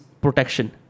protection